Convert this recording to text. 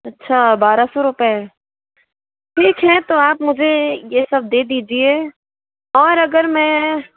अच्छा बारह सौ रुपए ठीक है तो आप मुझे ये सब दे दीजिए और अगर मैं